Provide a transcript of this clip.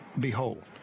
behold